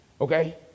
Okay